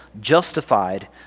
justified